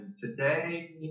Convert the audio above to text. today